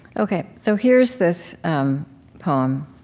ok, so here's this um poem,